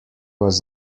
was